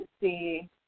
see